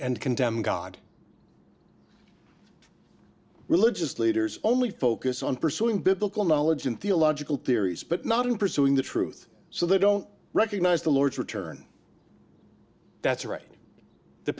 and condemn god religious leaders only focus on pursuing biblical knowledge in theological theories but not in pursuing the truth so they don't recognize the lord's return that's right the